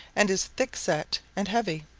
and is thickset and heavy.